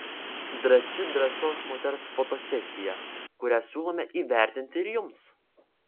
drąsi drąsios moters fotosesija kurią siūlome įvertinti ir jums